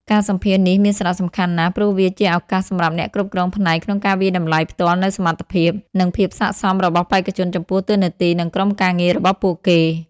ការសម្ភាសន៍នេះមានសារៈសំខាន់ណាស់ ព្រោះវាជាឱកាសសម្រាប់អ្នកគ្រប់គ្រងផ្នែកក្នុងការវាយតម្លៃផ្ទាល់នូវសមត្ថភាព និងភាពស័ក្តិសមរបស់បេក្ខជនចំពោះតួនាទី និងក្រុមការងាររបស់ពួកគេ។